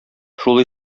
шул